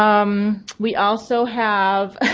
um we also have